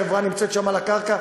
החברה נמצאת שם על הקרקע.